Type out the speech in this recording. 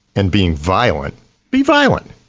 and being violent be violent,